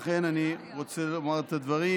לכן, אני רוצה לומר את הדברים